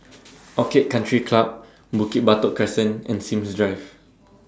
Orchid Country Club Bukit Batok Crescent and Sims Drive